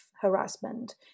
harassment